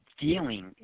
Feeling